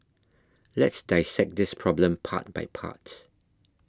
let's dissect this problem part by part